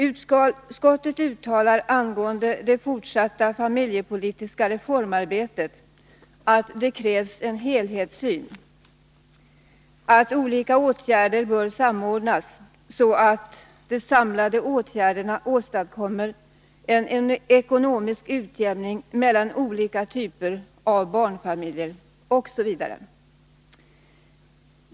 Utskottet uttalar angående det fortsatta familjepolitiska reformarbetet att det krävs en helhetssyn, att olika åtgärder bör samordnas så att de samlade åtgärderna åstadkommer en ekonomisk utjämning mellan olika typer av barnfamiljer osv.